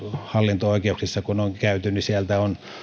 hallinto oikeuksissa kun on käyty sieltä on